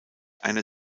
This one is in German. einer